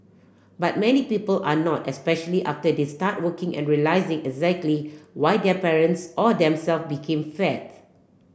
but many people are not especially after they start working and realising exactly why their parents or them self became fat